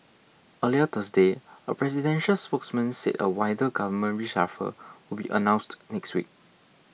earlier Thursday a presidential spokesman said a wider government reshuffle would be announced next week